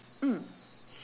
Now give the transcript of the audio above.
mm